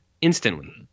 instantly